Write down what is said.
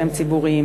שהם ציבוריים,